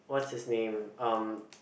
what's his name um